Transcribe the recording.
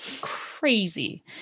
Crazy